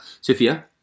Sophia